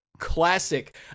Classic